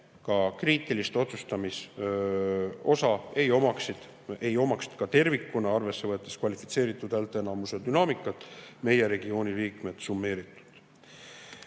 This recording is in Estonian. kriitilist otsustamisosa ei omaks – ka tervikuna arvesse võttes kvalifitseeritud häälteenamuse dünaamikat – meie regiooni liikmed summeeritult.